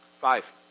Five